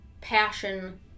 passion